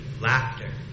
laughter